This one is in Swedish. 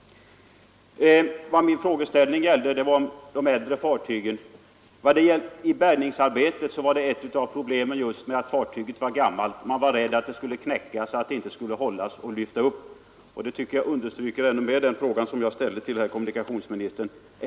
Min frågeställning gällde äldre fartyg. I bärgningsarbetet var ett av problemen just att fartyget var gammalt. Man var rädd för att det skulle knäckas eller att det inte skulle hålla vid upplyftningen. Det tycker jag ännu mer understryker den fråga jag ställde till herr kommunikationsministern.